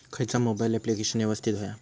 खयचा mobile application यवस्तित होया?